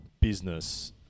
business